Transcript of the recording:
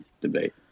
debate